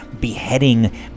beheading